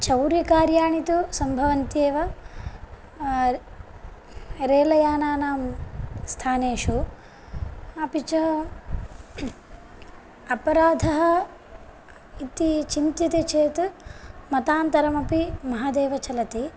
चौर्यकार्याणि तु सम्भवन्त्येव रेलयानानां स्थानेषु अपि च अपराधः इति चिन्त्यते चेत् मतान्तरमपि महदेव चलति